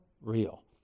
real